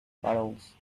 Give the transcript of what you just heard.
puddles